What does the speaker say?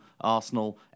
Arsenal